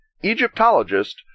Egyptologist